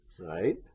right